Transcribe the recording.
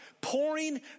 pouring